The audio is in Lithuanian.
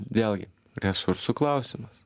vėlgi resursų klausimas